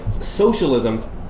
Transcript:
socialism